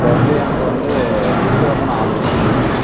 இப்போ வந்து எனக்கு வந்து ஃபுட்டு வந்து நான் ஆட்ரு பண்ணணும் சார்